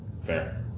Fair